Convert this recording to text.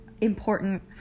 important